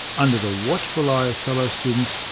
under the watchful eye of fellow students,